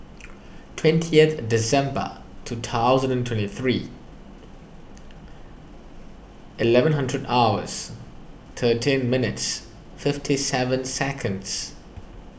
twentieth December two thousand and twenty three eleven hundred hours thirteen minutes fifty seven seconds